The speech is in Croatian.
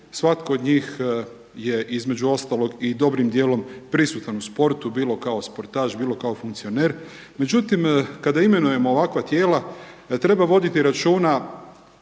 svatko od njih je, između ostalog i dobrim dijelom prisutan u sportu, bilo kao sportaš, bilo kao funkcioner, međutim kada imenujemo ovakva tijela, treba voditi računa